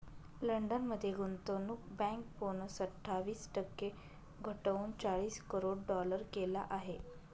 London मध्ये गुंतवणूक bank bonus अठ्ठावीस टक्के घटवून चाळीस करोड डॉलर केला आहे